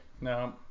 No